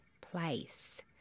place